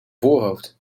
voorhoofd